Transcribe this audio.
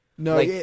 No